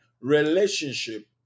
relationship